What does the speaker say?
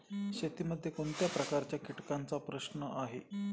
शेतीमध्ये कोणत्या प्रकारच्या कीटकांचा प्रश्न आहे?